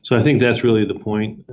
so i think that's really the point.